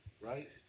right